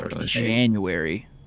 January